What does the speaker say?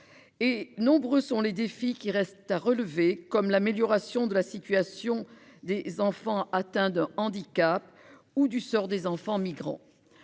Et nombreux sont les défis qui restent à relever comme l'amélioration de la situation des enfants atteints de handicap ou du sort des enfants migrants